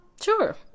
sure